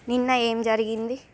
నిన్న ఏం జరిగింది